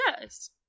Yes